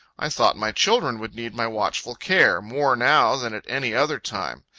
i thought my children would need my watchful care, more now than at any other time.